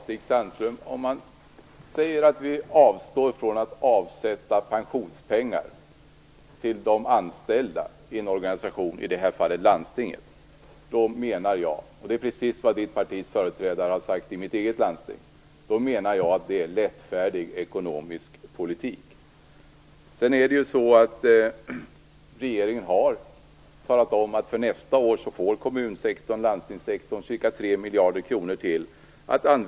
Fru talman! Om man säger att man vill avstå från avsättning av pensionspengar till de anställda i en organisation, i det här fallet landstinget - och det är precis vad Vänsterpartiets företrädare har sagt i mitt hemlandsting - menar jag att det är fråga om en lättfärdig ekonomisk politik. Regeringen har vidare för nästa år medgivit att kommun och landstingssektorn får använda ytterligare ca 3 miljarder kronor.